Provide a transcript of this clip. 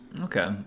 Okay